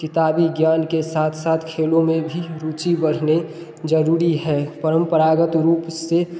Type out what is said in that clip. किताबी ज्ञान के साथ साथ खेलों में भी रुचि बढ़ना ज़रूरी है परंपरागत रूप से